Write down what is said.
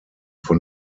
von